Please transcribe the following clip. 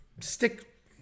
Stick